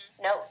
no